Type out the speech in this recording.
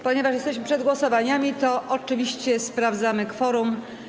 Ponieważ jesteśmy przed głosowaniami, to oczywiście sprawdzamy kworum.